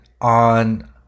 on